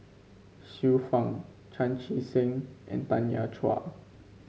Xiu Fang Chan Chee Seng and Tanya Chua